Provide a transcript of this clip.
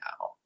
now